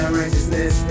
righteousness